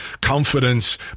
confidence